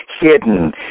hidden